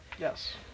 Yes